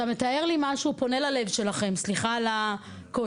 אתה מתאר לי משהו, פונה ללב שלכם, סליחה על הקושי.